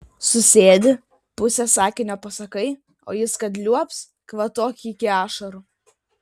susėdi pusę sakinio pasakai o jis kad liuobs kvatok iki ašarų